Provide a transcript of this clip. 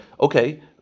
okay